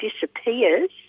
disappears